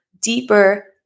deeper